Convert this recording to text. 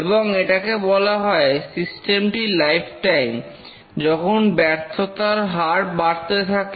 এবং এটাকে বলা হয় সিস্টেম টির লাইফটাইম যখন ব্যর্থতার হার বাড়তে থাকে